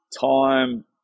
time